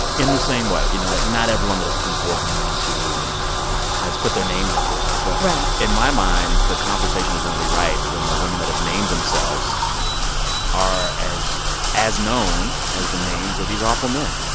in the same way. you know, like, not everyone that has come forward in the me too movement has put their name out there, but, in my mind, the conversation is only right when the women that have named themselves are as as known as the names of these awful men.